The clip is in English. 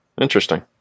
interesting